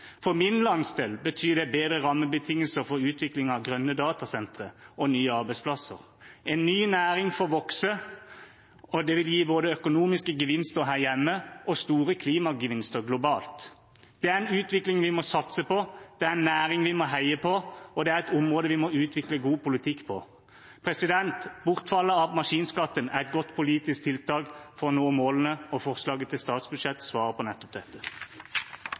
For min landsdel betyr det bedre rammebetingelser for utvikling av grønne datasentre og nye arbeidsplasser. En ny næring får vokse, og det vil gi både økonomiske gevinster her hjemme og store klimagevinster globalt. Det er en utvikling vi må satse på, det er en næring vi må heie på, og det er et område vi må utvikle god politikk på. Bortfallet av maskinskatten er et godt politisk tiltak for å nå målene, og forslaget til statsbudsjett svarer på nettopp dette.